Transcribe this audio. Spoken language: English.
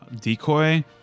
decoy